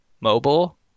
mobile